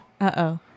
Uh-oh